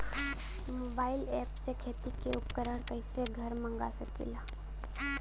Mobile ऐपसे खेती के उपकरण कइसे घर मगा सकीला?